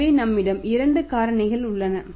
எனவே நம்மிடம் இரண்டு காரணிகள் உள்ளன